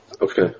Okay